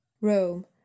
rome